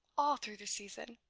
all through the season.